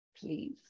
Please